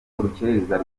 urukerereza